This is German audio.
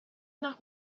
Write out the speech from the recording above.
nach